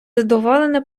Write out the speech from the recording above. задоволене